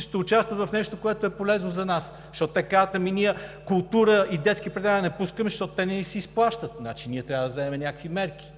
ще участват в нещо, което е полезно за нас? Защото те казват: „Ние култура и детски предавания не пускаме, защото те не ни се изплащат“. Значи ние трябва да вземем някакви мерки.